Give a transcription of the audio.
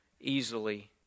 easily